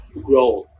grow